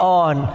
on